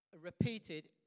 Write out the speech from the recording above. repeated